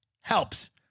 Helps